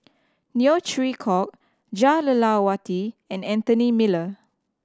Neo Chwee Kok Jah Lelawati and Anthony Miller